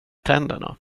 tänderna